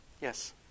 Yes